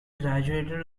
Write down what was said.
graduated